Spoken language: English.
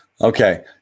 Okay